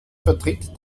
vertritt